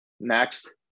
next